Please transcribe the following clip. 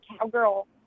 cowgirl